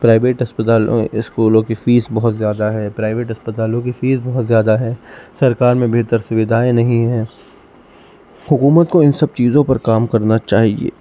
private اسپتال اسکولوں کی فیس بہت زیادہ ہے پرائیویٹ اسپتالوں کی فیس بہت زیادہ ہے سرکار میں بہتر سوئدھائیں نہیں ہیں حکومت کو ان سب چیزوں پر کام کرنا چاہیے